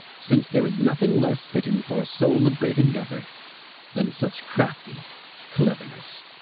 since there is nothing less fitting for a soul of great endeavor than such crafty cleverness.